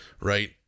right